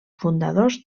fundadors